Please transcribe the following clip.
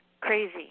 crazy